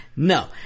No